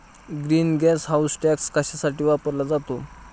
Green gas house tax कशासाठी वापरला जातो?